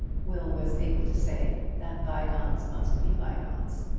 will was able to say that bygones must be bygones.